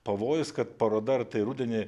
pavojus kad paroda ar tai rudenį